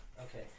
Okay